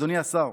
אדוני השר,